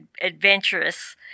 adventurous